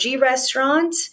restaurant